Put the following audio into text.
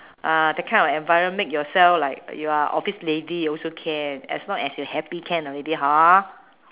ah that kind of environment make yourself like you are office lady also can as long as you're happy can already hor